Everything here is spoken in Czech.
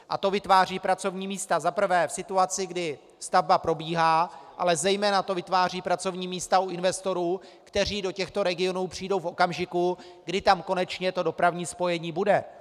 A to vytváří pracovní místa za prvé v situaci, kdy stavba probíhá, ale zejména to vytváří pracovní místa u investorů, kteří do těchto regionů přijdou v okamžiku, kdy tam konečně dopravní spojení bude.